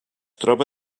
troba